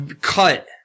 cut